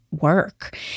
work